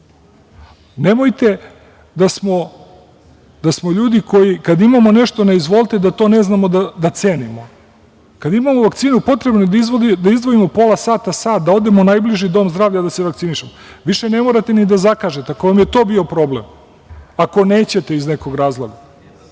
suština. Nemojte da smo ljudi koji kada imamo nešto na izvolite da to ne znamo da cenimo. Kada imamo vakcinu potrebno je da izdvojimo pola sata, sat da odemo u najbliži dom zdravlja da se vakcinišemo. Više ne morate ni da zakažete, ako vam je to bio problem, ako nećete iz nekog razloga.